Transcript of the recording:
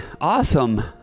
awesome